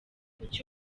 kuki